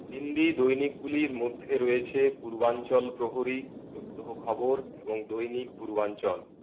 হিন্দি দৈনিকগুলির মধ্যে রয়েছে পূর্বাঞ্চল প্রহরী প্রত্যহ খবর এবং দৈনিক পূর্বাঞ্চল